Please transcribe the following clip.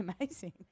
amazing